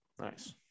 Nice